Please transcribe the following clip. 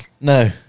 No